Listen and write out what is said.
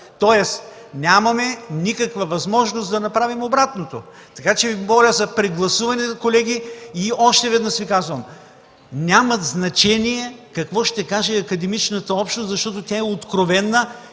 нямаме никаква възможност да направим обратното. Моля за прегласуване, колеги. Още веднъж Ви казвам: няма значение какво ще каже академичната общност, защото тя е откровена